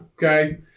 okay